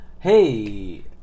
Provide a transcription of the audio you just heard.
hey